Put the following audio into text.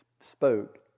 spoke